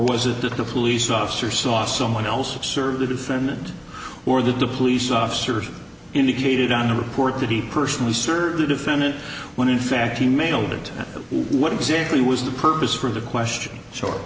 was it that the police officer saw someone else observe the defendant or that the police officers indicated on the report to the person who served the defendant when in fact he mailed it what exactly was the purpose for the question